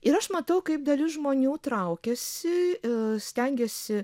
ir aš matau kaip dalis žmonių traukiasi e stengiasi